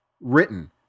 written